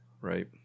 right